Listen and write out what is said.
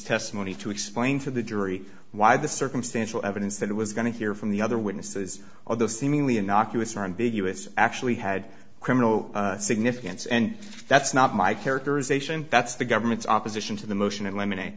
testimony to explain to the jury why the circumstantial evidence that it was going to hear from the other witnesses or the seemingly innocuous are in big us actually had criminal significance and that's not my characterization that's the government's opposition to the motion and lemon